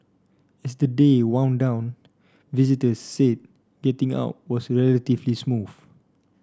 as the day wound down visitors say getting out was relatively smooth